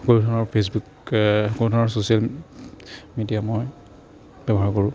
সকলো ধৰণৰ ফেচবুক সকলো ধৰণৰ ছ'চিয়েল মিডিয়া মই ব্যৱহাৰ কৰোঁ